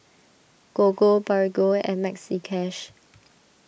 Gogo Bargo and Maxi Cash